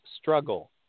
struggle